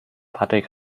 patrick